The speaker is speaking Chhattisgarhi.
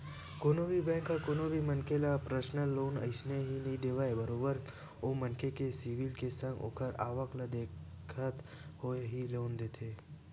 कोनो भी बेंक ह कोनो भी मनखे ल परसनल लोन अइसने ही नइ देवय बरोबर ओ मनखे के सिविल के संग ओखर आवक ल देखत होय ही लोन देथे